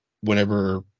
whenever